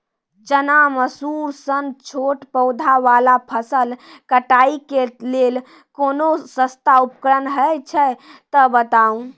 चना, मसूर सन छोट पौधा वाला फसल कटाई के लेल कूनू सस्ता उपकरण हे छै तऽ बताऊ?